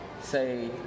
say